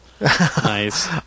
Nice